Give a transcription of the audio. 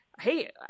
hey